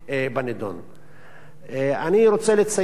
אני רוצה לציין שהמעשה הזה הוא לא הראשון.